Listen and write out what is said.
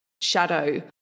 shadow